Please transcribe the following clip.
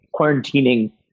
quarantining